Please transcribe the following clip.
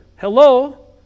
Hello